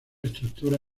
estructura